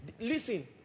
Listen